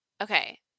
okay